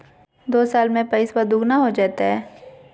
को साल में पैसबा दुगना हो जयते?